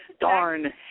Darn